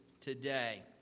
today